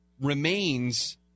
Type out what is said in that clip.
remains